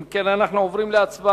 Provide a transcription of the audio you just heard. אם כן, אנחנו עוברים להצבעה.